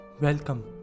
Welcome